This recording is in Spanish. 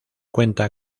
cuenta